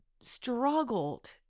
struggled